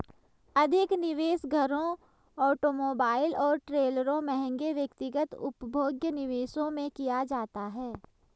अधिक निवेश घरों ऑटोमोबाइल और ट्रेलरों महंगे व्यक्तिगत उपभोग्य निवेशों में किया जाता है